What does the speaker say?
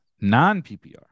non-PPR